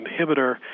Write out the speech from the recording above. inhibitor